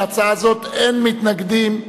להצעה זאת אין מתנגדים,